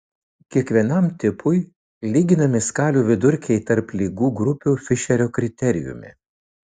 kiekvienam tipui lyginami skalių vidurkiai tarp ligų grupių fišerio kriterijumi